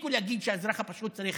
תפסיקו להגיד שהאזרח הפשוט צריך